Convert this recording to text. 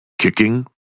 kicking